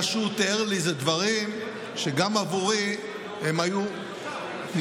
מה שהוא תיאר לי זה דברים שגם עבורי הם היו משמעותית